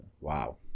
Wow